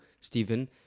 Stephen